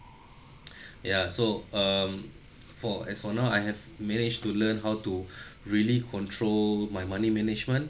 ya so um for as for now I have managed to learn how to really control my money management